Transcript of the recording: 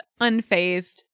unfazed